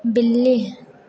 बिल्ली